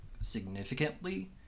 significantly